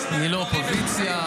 יכול להיות שזה נדחה,